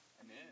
Amen